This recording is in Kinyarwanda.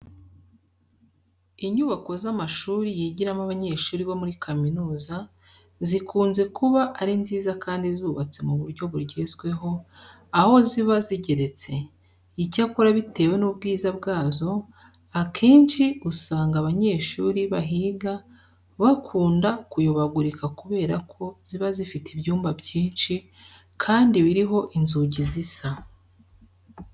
Inyubako z'amashuri yigiramo abanyeshuri bo muri kaminuza zikunze kuba ari nziza kandi zubatse mu buryo bugezweho aho ziba zigeretse. Icyakora bitewe n'ubwiza bwazo, akenshi usanga abanyeshuri bahiga bakunda kuyobagurika kubera ko ziba zifite ibyumba byinshi kandi biriho inzugi zisa.